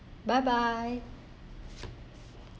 bye bye